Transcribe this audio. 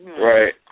right